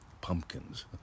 pumpkins